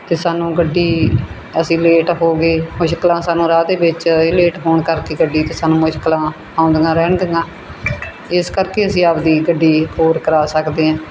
ਅਤੇ ਸਾਨੂੰ ਗੱਡੀ ਅਸੀਂ ਲੇਟ ਹੋ ਗਏ ਮੁਸ਼ਕਿਲਾਂ ਸਾਨੂੰ ਰਾਹ ਦੇ ਵਿੱਚ ਲੇਟ ਹੋਣ ਕਰਕੇ ਗੱਡੀ 'ਤੇ ਸਾਨੂੰ ਮੁਸ਼ਕਿਲਾਂ ਆਉਂਦੀਆਂ ਰਹਿਣਗੀਆਂ ਇਸ ਕਰਕੇ ਅਸੀਂ ਆਪਣੀ ਗੱਡੀ ਹੋਰ ਕਰਵਾ ਸਕਦੇ ਹਾਂ